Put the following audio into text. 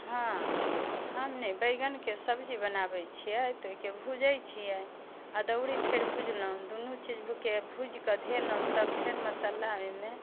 हाँ हम ने बैगनके सब्जी बनाबै छिए तऽ ओहिके भुजै छिए अदौड़ी फेर भुजलहुँ दुनू चीजके भुजिके धेलहुँ तब फेर मसल्ला ओहिमे